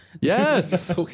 Yes